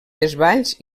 desvalls